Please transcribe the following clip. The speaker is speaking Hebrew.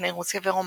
לפני רוסיה ורומניה.